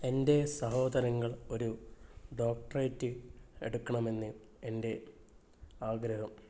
എന്റെ സഹോദരങ്ങൾ ഒരു ഡോക്ടറേറ്റ് എടുക്കണമെന്ന് എന്റെ ആഗ്രഹം